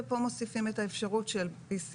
כאן מוסיפים את האפשרות של PCR,